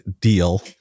deal